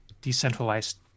decentralized